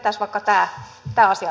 arvoisa puhemies